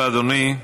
תודה רבה, אדוני.